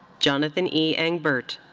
jonathan e. engbert.